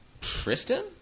Tristan